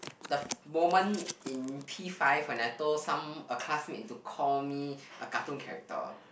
the moment in P five when I told some a classmate to call me a cartoon character